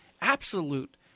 absolute